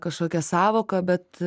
kažkokia sąvoka bet